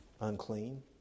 unclean